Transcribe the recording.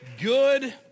Good